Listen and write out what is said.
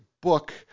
book